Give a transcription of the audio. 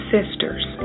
Sisters